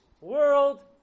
world